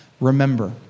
Remember